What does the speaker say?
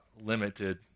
limited